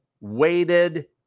Weighted